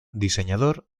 diseñador